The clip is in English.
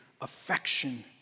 affection